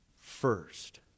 first